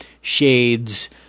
shades